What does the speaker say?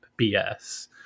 BS